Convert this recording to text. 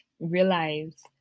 realize